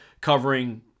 covering